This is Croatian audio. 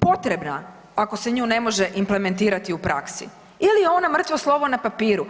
potrebna, ako se nju ne može implementirati u praksi ili je ona mrtvo slovo na papiru.